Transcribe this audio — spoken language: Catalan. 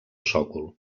sòcol